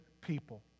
people